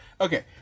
Okay